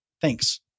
Thanks